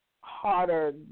harder